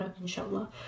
inshallah